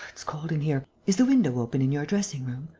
it's cold in here! is the window open in your dressing-room?